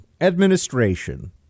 administration